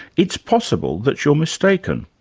it's possible that you're mistaken,